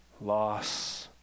loss